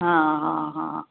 हाँ हाँ हाँ